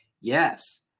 Yes